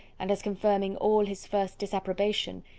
and as confirming all his first disapprobation,